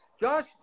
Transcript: Josh